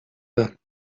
pas